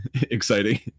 exciting